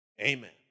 Amen